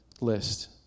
list